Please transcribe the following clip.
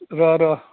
र र